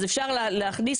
אז אפשר להכניס